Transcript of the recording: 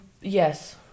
Yes